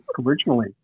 originally